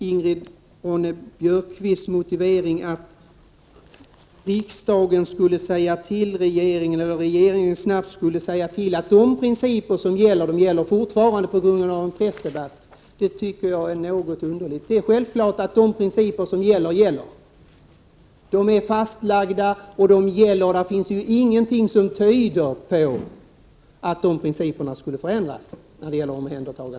Ingrid Ronne-Björkqvist hävdade att riksdagen på grund av en pressdebatt skulle tillkännage för regeringen eller att regeringen snabbt skulle tillkännage att de principer som gäller för omhändertagande av barn fortfarande gäller. Det tycker jag är något underligt. Det är självklart att de principer som gäller gäller. De är fastlagda. Det finns såvitt jag har kunnat se ingenting som tyder på att de principerna skulle ha förändrats.